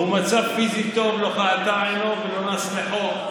הוא במצב פיזי טוב, לא כהתה אינו ולא נס לחו,